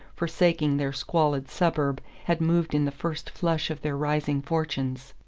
forsaking their squalid suburb, had moved in the first flush of their rising fortunes.